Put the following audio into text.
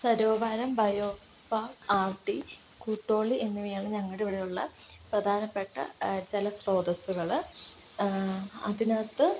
Sarovaram bio farm ആർടി കുട്ടോളി എന്നിവയാണ് ഞങ്ങളുടെ ഇവിടെയുള്ള പ്രധാനപ്പെട്ട ജല സ്രോതസ്സുകൾ അതിനകത്തു